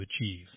achieve